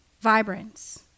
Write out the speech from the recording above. vibrance